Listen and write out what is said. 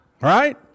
Right